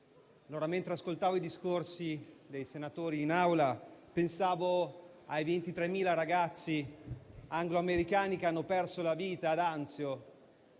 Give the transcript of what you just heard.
Anzio. Mentre ascoltavo i discorsi dei senatori in Assemblea, pensavo ai 23.000 ragazzi anglo-americani che hanno perso la vita ad Anzio,